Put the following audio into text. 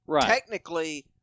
technically